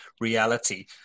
reality